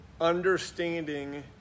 understanding